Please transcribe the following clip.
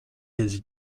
his